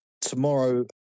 tomorrow